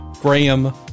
Graham